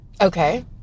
Okay